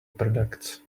products